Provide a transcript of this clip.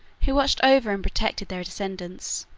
who watched over and protected their descendants.